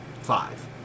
five